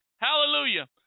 Hallelujah